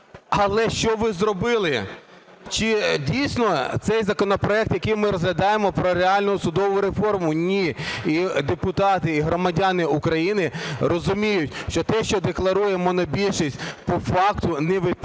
але що ви зробили? Чи дійсно цей законопроект, який ми розглядаємо, про реальну судову реформу? Ні. І депутати, і громадяни України розуміють, що те, що декларує монобільшість, по факту не відповідає